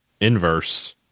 inverse